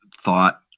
thought